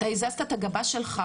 אתה הזזת את הגבה שלך,